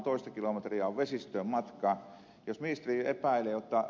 toista kilometriä on vesistöön matkaa